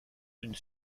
d’une